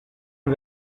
via